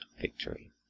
victory